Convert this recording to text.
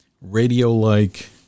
radio-like